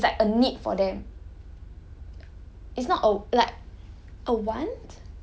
就是要买这种 gucci bag 就是 it's like a need for them